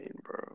bro